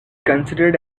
considered